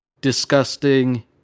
disgusting